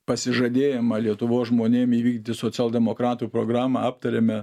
pasižadėjimą lietuvos žmonėm įvykdyti socialdemokratų programą aptarėme